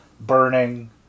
burning